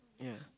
ya